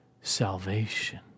salvation